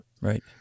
Right